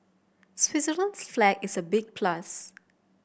Switzerland's flag is a big plus